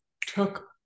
took